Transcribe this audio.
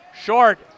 Short